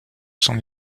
son